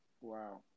Wow